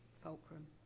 fulcrum